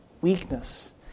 weakness